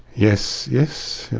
yes, yes,